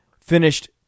finished